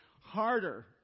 harder